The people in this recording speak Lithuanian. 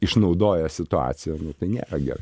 išnaudoja situaciją tai nėra gerai